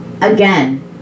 Again